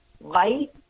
light